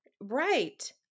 Right